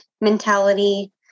mentality